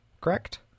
correct